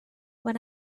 when